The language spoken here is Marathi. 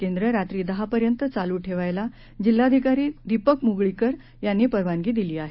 केंद्र रात्री दहापर्यंत चालू ठेवायला जिल्हाधिकारी दीपक मुगळीकर यांनी परवानगी दिली आहे